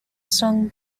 sung